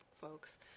folks